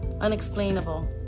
unexplainable